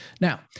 Now